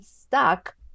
Stuck